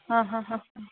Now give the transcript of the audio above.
ಹಾಂ ಹಾಂ ಹಾಂ ಹಾಂ